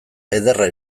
ederra